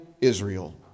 Israel